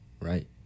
right